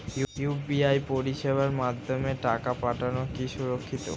UPI পরিষেবার মাধ্যমে টাকা পাঠানো কি সুরক্ষিত?